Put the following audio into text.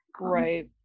right